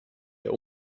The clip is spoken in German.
der